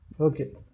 Okay